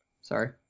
Sorry